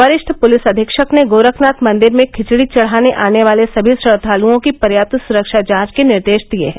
वरिष्ठ पुलिस अधीक्षक ने गोरखनाथ मंदिर में खिचड़ी चढ़ाने आने वाले सभी श्रद्दालुओं की पर्याप्त सुरक्षा जांच के निर्देश दिए हैं